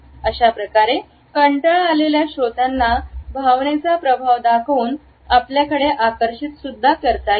अशाप्रकारे कंटाळा आलेल्या श्रोत्यांना भावनेचा प्रभाव दाखवून आपल्याकडे आकर्षित करता येते